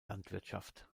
landwirtschaft